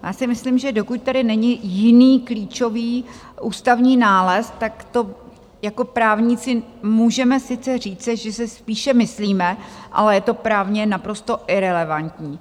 Já si myslím, že dokud tady není jiný klíčový ústavní nález, tak to jako právníci můžeme sice říci, že si spíše myslíme, ale je to právně naprosto irelevantní.